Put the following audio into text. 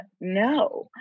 no